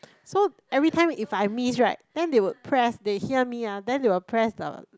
so every time if I miss right then they will press they hear me ah then they will press the